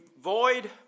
void